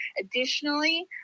Additionally